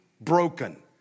broken